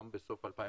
גם בסוף 2009,